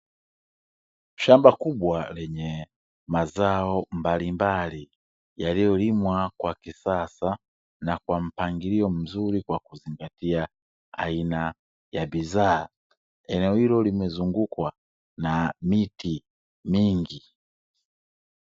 Shamba kubwa lenye mazao mbalimbali yaliyolimwa kwa kisasa na kwa mpangilio mzuri wa kuzingatia aina ya bidhaa, eneo hilo limezungukwa na miti mingi.